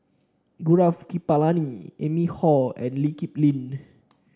Gaurav Kripalani Amy Khor and Lee Kip Lin